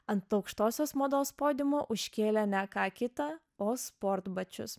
ant aukštosios mados podiumo užkėlė ne ką kitą o sportbačius